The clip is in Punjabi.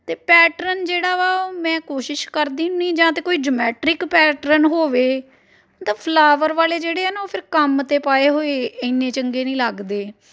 ਅਤੇ ਪੈਟਰਨ ਜਿਹੜਾ ਵਾ ਉਹ ਮੈਂ ਕੋਸ਼ਿਸ਼ ਕਰਦੀ ਹੁੰਦੀ ਜਾਂ ਤਾਂ ਕੋਈ ਜੋਮੈਟ੍ਰਿਕ ਪੈਟਰਨ ਹੋਵੇ ਉਹ ਤਾਂ ਫਲਾਵਰ ਵਾਲੇ ਜਿਹੜੇ ਆ ਨਾ ਉਹ ਫਿਰ ਕੰਮ 'ਤੇ ਪਾਏ ਹੋਏ ਇੰਨੇ ਚੰਗੇ ਨਹੀਂ ਲੱਗਦੇ